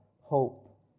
hope